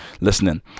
listening